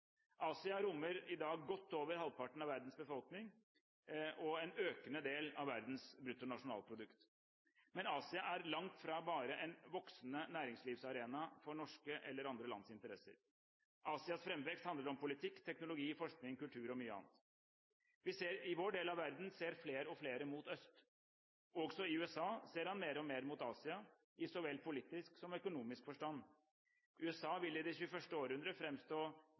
Asia rommer i dag godt over halvparten av verdens befolkning og en økende del av verdens bruttonasjonalprodukt. Men Asia er langt fra bare en voksende næringslivsarena for norske eller andre lands interesser. Asias framvekst handler om politikk, teknologi, forskning, kultur og mye annet. I vår del av verden ser flere og flere mot øst. Også i USA ser man mer og mer mot Asia, i så vel politisk som økonomisk forstand. USA vil i det 21. århundre